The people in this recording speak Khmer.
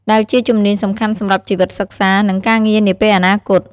ដែលជាជំនាញសំខាន់សម្រាប់ជីវិតសិក្សា និងការងារនាពេលអនាគត។